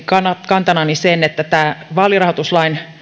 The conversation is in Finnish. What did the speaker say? kantanani sen että tämä vaalirahoituslain